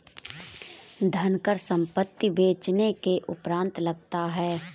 धनकर संपत्ति बेचने के उपरांत लगता है